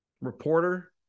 reporter